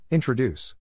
Introduce